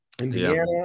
Indiana